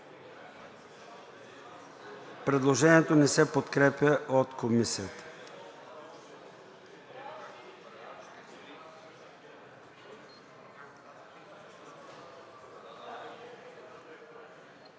Предложението не се подкрепя от Комисията.